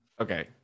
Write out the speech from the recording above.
Okay